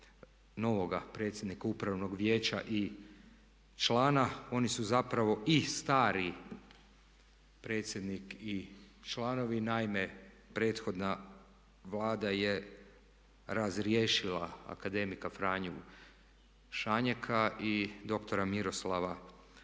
novoga predsjednika Upravnog vijeća i člana. Oni su zapravo i stari predsjednik i članovi. Naime, prethodna Vlada je razriješila akademika Franju Šanjeka i dr. Miroslava Akmađu